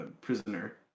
Prisoner